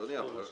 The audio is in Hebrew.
אדוני,